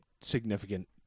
significant